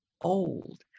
old